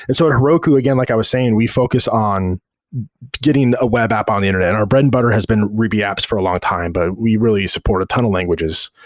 and so heroku again like i was saying, we focus on getting a web app on the internet. our bread and butter has been ruby apps for a long time, but we really support a ton of languages.